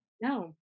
no